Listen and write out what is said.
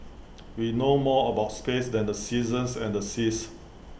we know more about space than the seasons and the seas